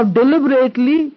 deliberately